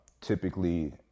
typically